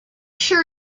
sure